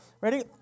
Ready